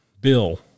Bill